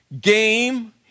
game